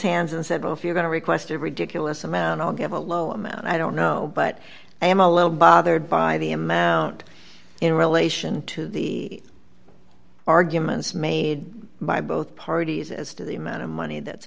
hands and said well if you're going to request a ridiculous amount i'll give a low amount i don't know but i am a little bothered by the amount in relation to the arguments made by both parties as to the amount of money that's